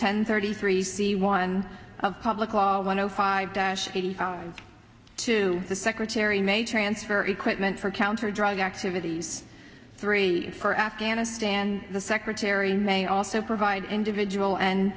ten thirty three c one public law one o five dash eighty two the secretary may transfer equipment for counter drug activities three for afghanistan the secretary may also provide individual and